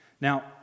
Now